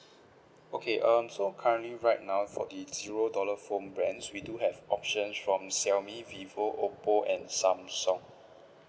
okay um so currently right now for a zero dollar phone brands we do have options from Xiaomi Vivo Oppo and Samsung